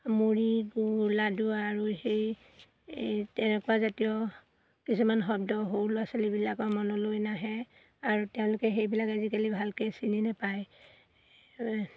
মুড়ি গুৰ লাডু আৰু সেই তেনেকুৱা জাতীয় কিছুমান শব্দ সৰু ল'ৰা ছোৱালীবিলাকৰ মনলৈ নাহে আৰু তেওঁলোকে সেইবিলাক আজিকালি ভালকৈ চিনি নাপায়